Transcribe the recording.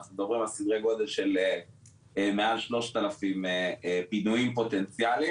אנחנו מדברים על סדרי גודל מעל 3,000 פינויים פוטנציאליים